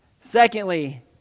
Secondly